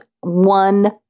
one